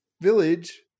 village